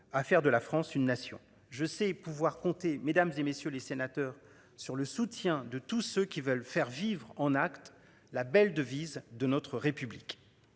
à faire de la France une nation je sais pouvoir compter mesdames et messieurs les sénateurs sur le soutien de tous ceux qui veulent faire vivre en actes la belle devise de notre République.